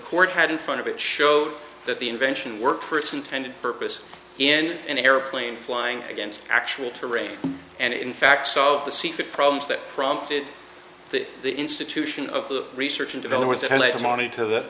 court had in front of it showed that the invention worked for its intended purpose in an airplane flying against actual terrain and in fact saw the secret problems that prompted the institution of the research and development that had lent money to th